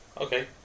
Okay